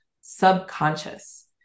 subconscious